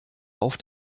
auf